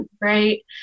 right